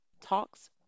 talks